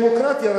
איפה יש דמוקרטיה,